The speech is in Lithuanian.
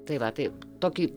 tai va tai tokį